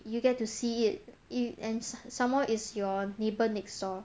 you get to see it it and some more it's your neighbour next door